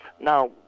Now